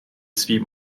svým